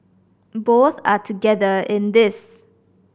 both are together in this